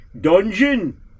dungeon